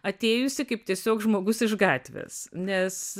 atėjusi kaip tiesiog žmogus iš gatvės nes